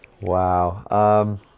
Wow